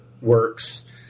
works